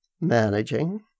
managing